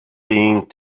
being